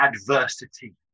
adversity